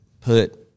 put